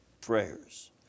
prayers